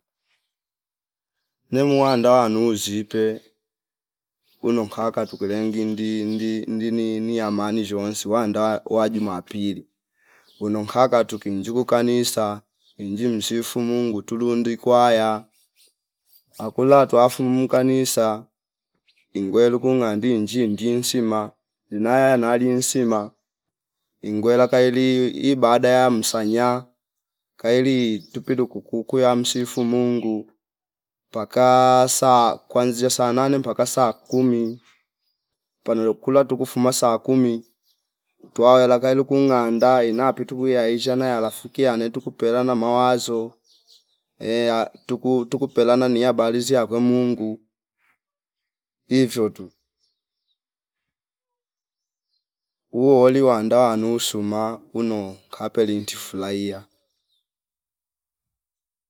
Nemu wandawa nuzipe wino nkaka tukulie ngindi ndi- ndi- ndini ni amani njowansi wanda waji jumapili uwino nkaka tuki njuku kanisa nji msifu Mungu tulundi kwaya akula twa fumu kanisa ingwe luku ngandi nji ndinsima naya nali insima ingwela kaili ibada ya msanya kaili tipwuli kuku kuya msifu Mungu takaa saa kwanzia saa nane paka saa kumi panolo kula tukufuma saa kumi twa waela kailuku nganda ina pitu kuyaisha na ya rafiki yanetu kupela na mawazo ehh tuku- tukupela nani yabalizi akwe Mungu ivyo tu. Uwo woli wanda wanusuma uno kapeli inti fulahia